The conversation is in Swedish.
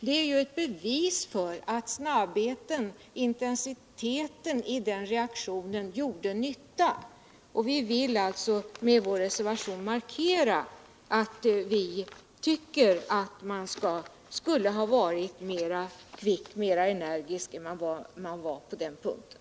Detta utgör ett bevis för att snabbheten och intensiteten i denna reaktion gjorde nytta. Med vår reservation vill vi alltså markera att man borde ha varit mera kvick och energisk på den punkten.